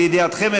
לידיעתכם,